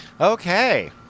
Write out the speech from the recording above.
Okay